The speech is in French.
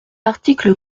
article